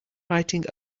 writing